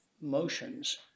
motions